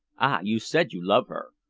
ah! you said you love her.